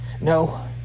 No